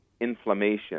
inflammation